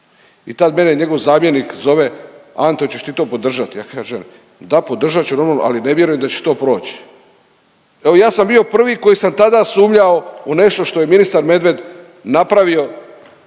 I tad mene njegov zamjenik zove Ante hoćeš ti to podržati. Ja kažem da podržat ću normalno, ali ne vjerujem da će to proći. Evo ja sam bio prvi koji sam tada sumnjao u nešto što je ministar Medved napravio